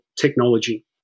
technology